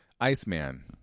Iceman